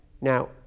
Now